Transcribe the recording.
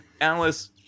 Alice